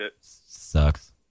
sucks